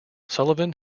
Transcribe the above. sullivan